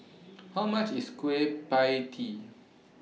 How much IS Kueh PIE Tee